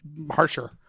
harsher